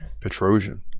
Petrosian